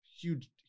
Huge